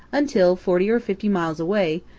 until, forty or fifty miles away,